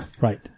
Right